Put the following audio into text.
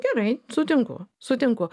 gerai sutinku sutinku